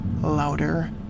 louder